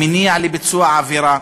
המניע לביצוע העבירה,